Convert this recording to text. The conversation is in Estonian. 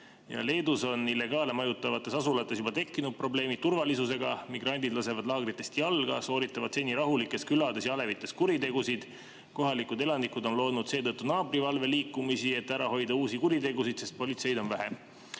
Leedus on illegaale majutavates asulates juba tekkinud probleemid turvalisusega. Migrandid lasevad laagritest jalga, sooritavad seni rahulikes külades ja alevites kuritegusid. Kohalikud elanikud on loonud seetõttu naabrivalve liikumisi, et ära hoida uusi kuritegusid, sest politseid on vähe. Aga